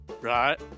Right